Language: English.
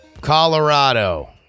Colorado